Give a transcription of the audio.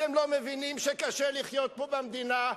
אתם לא מבינים שקשה לחיות פה במדינה,